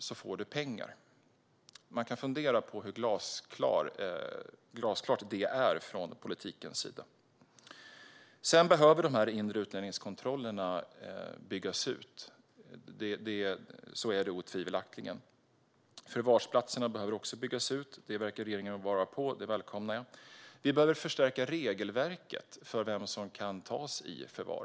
Då får du pengar. Man kan fundera på hur glasklart det är från politikens sida. De inre utlänningskontrollerna behöver byggas ut. Så är det otvivelaktigt. Förvarsplatserna behöver också byggas ut. Det verkar regeringen vara med på. Det välkomnar jag. Vi behöver förstärka regelverket när det gäller vem som kan tas i förvar.